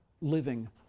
living